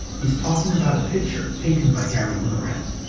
he's talking about a picture taken by garry winogrand.